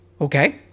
okay